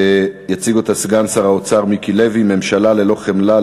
הצעה לסדר-היום בנושא: ממשלה ללא חמלה,